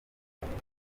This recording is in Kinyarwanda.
akunda